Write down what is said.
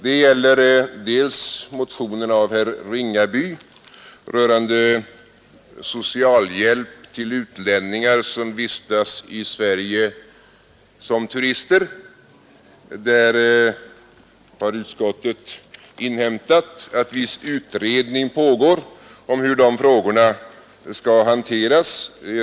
Det gäller först och främst motionen 337 av herr Ringaby rörande socialhjälp till utlänningar som vistas i Sverige som turister. Utskottet har inhämtat att viss utredning pågår om hur de frågorna skall hanteras.